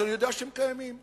שאני יודע שהם קיימים,